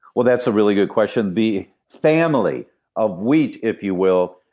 well, that's a really good question. the family of wheat, if you will,